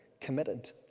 committed